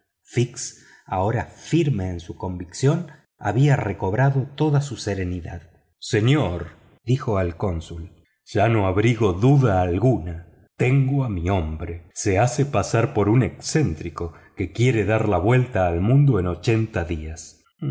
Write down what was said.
ahora firme en su convicción había recobrado toda su serenidad señor dijo al cónsul ya no abrigo duda ninguna tengo a mi hombre se hace pasar por un excéntrico que quiere dar la vuelta al mundo en ochenta días